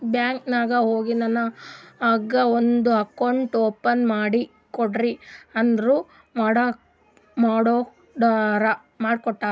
bank ನಾಗ್ ಹೋಗಿ ನನಗ ಒಂದ್ ಅಕೌಂಟ್ ಓಪನ್ ಮಾಡಿ ಕೊಡ್ರಿ ಅಂದುರ್ ಮಾಡ್ಕೊಡ್ತಾರ್